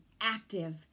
active